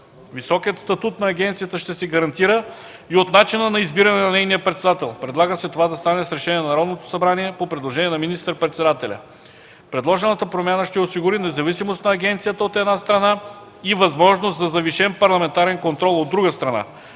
Високият статут на агенцията ще се гарантира и от начина на избиране на нейния председател. Предлага се това да става с решение на Народното събрание, по предложение на министър-председателя. Предложената промяна ще осигури независимост на агенцията, от една страна, и възможност за завишен парламентарен контрол, от друга страна,